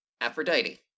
Aphrodite